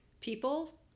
people